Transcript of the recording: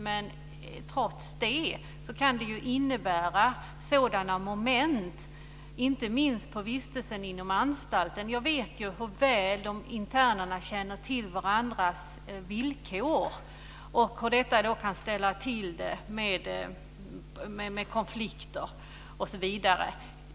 Men trots det kan det innebära sådana moment, inte minst under vistelsen inom anstalten. Jag vet ju hur väl internerna känner till varandras villkor och hur detta kan ställa till konflikter osv.